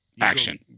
action